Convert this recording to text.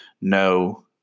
no